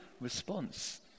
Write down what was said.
response